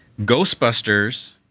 Ghostbusters